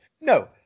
no